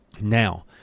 Now